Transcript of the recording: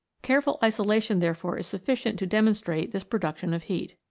careful isolation therefore is sufficient to demonstrate this production of heat.